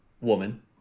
woman